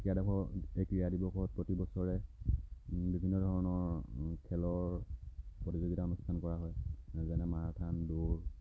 সেই ক্ৰীড়া দিৱস এই ক্ৰীড়া দিৱসত প্ৰতিবছৰে বিভিন্ন ধৰণৰ খেলৰ প্ৰতিযোগিতা অনুষ্ঠান কৰা হয় যেনে মাৰাথান দৌৰ